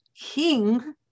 king